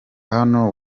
hano